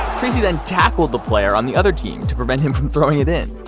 tracey then tackled the player on the other team to prevent him from throwing it in.